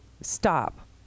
Stop